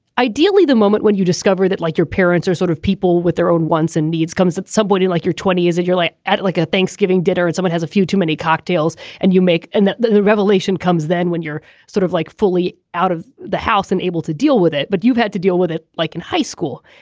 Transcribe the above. ideally the moment when you discover that like your parents are sort of people with their own wants and needs comes at somebody like you're twenty is that you're like at it like a thanksgiving dinner and someone has a few too many cocktails and you make and the the revelation comes then when you're sort of like fully out of the house and able to deal with it. but you've had to deal with it like in high school.